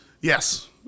Yes